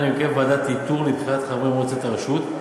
הרכב ועדת איתור לבחירת חברי מועצת הרשות.